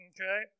Okay